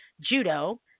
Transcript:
Judo